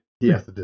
Yes